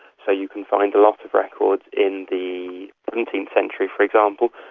so you can find a lot of records in the seventeenth century, for example,